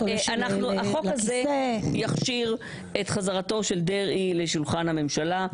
3. החוק הזה יכשיר את חזרתו של דרעי לשולחן הממשלה.